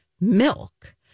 milk